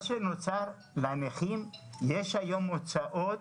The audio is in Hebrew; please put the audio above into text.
לנכים יש היום הוצאות,